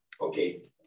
Okay